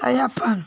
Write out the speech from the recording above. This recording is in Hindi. तै अपन